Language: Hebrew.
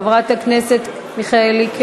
חברת הכנסת מיכאלי,